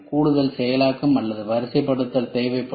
கூடுதல் செயலாக்கம் அல்லது வரிசைப்படுத்தல் தேவைப்படும்